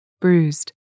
bruised